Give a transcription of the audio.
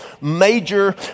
major